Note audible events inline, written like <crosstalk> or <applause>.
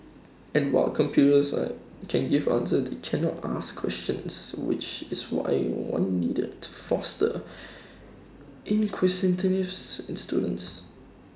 and while computers are can give answers they cannot ask questions which is why one needed to foster <noise> inquisitiveness in students